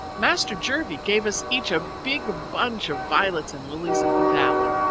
master jervie gave us each a big bunch of violets and lilies-of-the-valley.